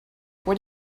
what